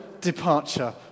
departure